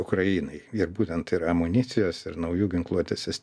ukrainai ir būtent ir amunicijos ir naujų ginkluotės sis